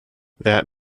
that